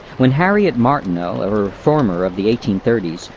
when harriet martineau, a reformer of the eighteen thirty s,